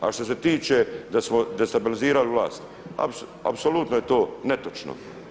A što se tiče da smo destabilizirali vlast apsolutno je to netočno.